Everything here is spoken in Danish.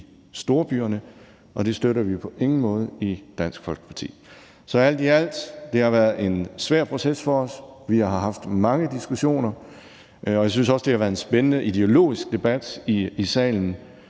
storbyerne, og det støtter vi på ingen måde i Dansk Folkeparti. Så alt i alt har det været en svær proces for os. Vi har haft mange diskussioner, og jeg synes også, det har været en spændende ideologisk debat i salen.